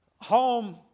home